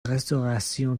restaurations